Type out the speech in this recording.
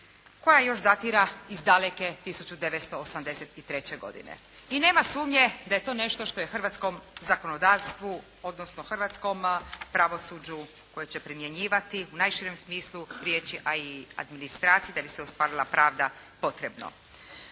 koja još datira iz daleke 1983. godine. I nema sumnje da je to nešto što je hrvatskom zakonodavstvu odnosno hrvatskom pravosuđu kojeg će primjenjivati u najširem smislu riječi, a i administraciji da bi se ostvarila pravda, potrebno.